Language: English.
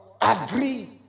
agree